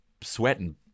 sweating